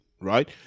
right